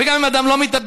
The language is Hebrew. וגם אם אדם לא מתאבד,